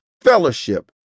fellowship